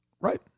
Right